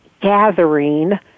gathering